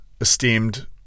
esteemed